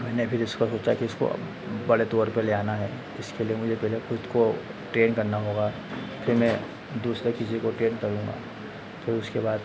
मैंने फिर इसका सोचा कि उसको बड़े तौर पर ले आना है इसके लिए मुझे पहले खुद को ट्रेन्ड करना होगा फिर मैं दूसरे किसी को ट्रेन्ड करूँगा फिर उसके बाद